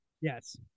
Yes